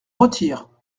retire